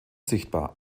sichtbar